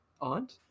Aunt